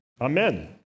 Amen